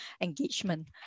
engagement